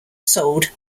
sold